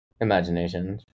Imagination